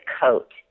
coat